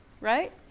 right